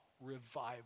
revival